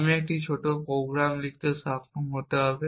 আমি একটি ছোট প্রোগ্রাম লিখতে সক্ষম হতে হবে